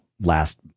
last